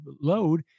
load